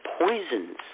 poisons